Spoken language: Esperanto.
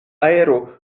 aero